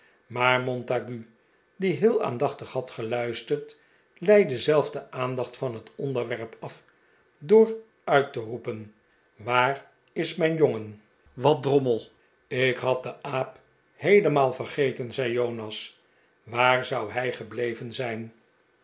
maar montague die heel aandachtig had geluisterd leidde zelf de aandacht van het onderwerp af door uit te roepen waar is mijn jongen wat drommel ik had den aap heelemaal vergeten zei jonas waar zou hij gebleven zijn